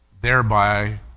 thereby